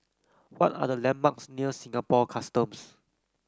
what are the landmarks near Singapore Customs